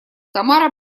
тамара